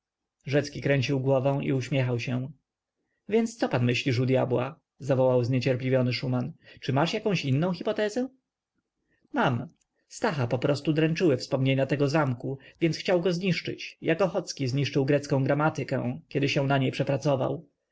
rzecki kręcił głową i uśmiechał się więc co pan myślisz u dyabła zawołał zniecierpliwiony szuman czy masz jaką inną hypotezę mam stacha poprostu dręczyły wspomnienia tego zamku więc chciał go zniszczyć jak ochocki zniszczył grecką gramatykę kiedy się na niej przepracował